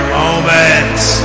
moments